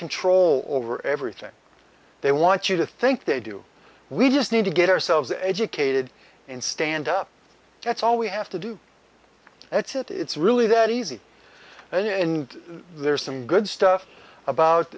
control over everything they want you to think they do we just need to get ourselves educated and stand up that's all we have to do that's it it's really that easy when there's some good stuff about